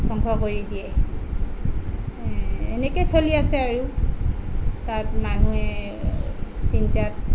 ধ্বংস কৰি দিয়ে এনেকেই চলি আছে আৰু তাত মানুহে চিন্তাত